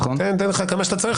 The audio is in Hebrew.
אני אתן לך כמה שצריך,